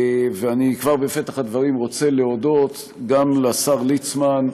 כבר בפתח הדברים אני רוצה להודות גם לשר ליצמן,